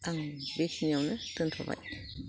आं बेखिनियावनो दोनथ'बाय